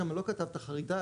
שם לא כתבת חריטה,